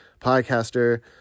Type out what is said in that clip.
podcaster